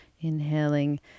inhaling